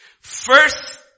first